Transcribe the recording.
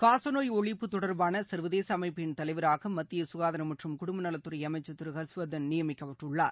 காசநோய் ஒழிப்பு தொடர்பான சர்வதேச அமைப்பின் தலைவராக மத்திய ககாதாரம் மற்றும் குடும்நலத்துறை அமைச்சர் திரு ஹர்ஷ்வர்தன் நியமிக்கப்பட்டுள்ளார்